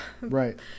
right